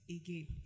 Again